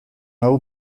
hau